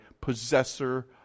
possessor